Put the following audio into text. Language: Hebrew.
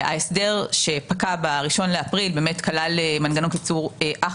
ההסדר שפקע ב-1 באפריל באמת כלל מנגנון קיצור אך